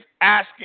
asking